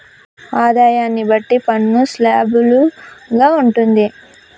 ఆదాయాన్ని బట్టి పన్ను స్లాబులు గా ఉంటుంది